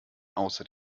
außer